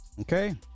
Okay